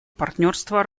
партнерства